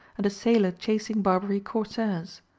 and a sailor chasing barbary corsairs.